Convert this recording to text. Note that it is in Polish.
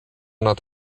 nad